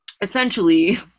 Essentially